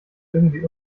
irgendwie